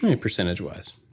Percentage-wise